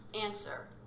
Answer